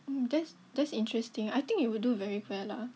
that's that's interesting I think you will do very well lah